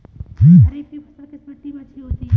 खरीफ की फसल किस मिट्टी में अच्छी होती है?